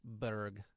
Berg